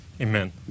Amen